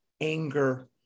Anger